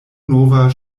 nova